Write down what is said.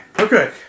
okay